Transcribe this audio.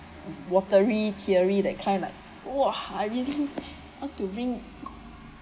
watery teary that kind like !wah! I really how to bring